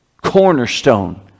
cornerstone